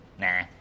Nah